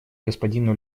господину